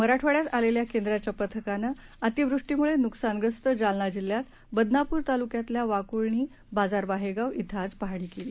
मराठवाड्यातआलेल्याकेंद्राच्यापथकानंअतिवृष्टीमुळेनुकसानग्रस्तजालनाजिल्ह्यातबदनापूरतालुक्यातल्यावाकुळणीबाजारवाहे गाव बिंआजपाहणीकेली